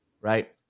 right